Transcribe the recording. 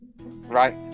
right